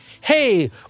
hey